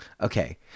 Okay